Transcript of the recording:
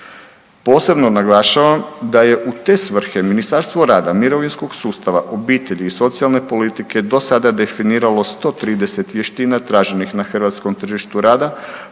Posebno naglašavam da je u te svrhe Ministarstvo rada i mirovinskog sustava, obitelji i socijalne politike do sada definiralo 130 vještina traženih na hrvatskom tržištu rada,